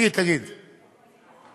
תגיד, תגיד.